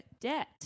Debt